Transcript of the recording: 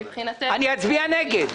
אני אצביע נגד.